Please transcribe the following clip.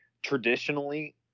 traditionally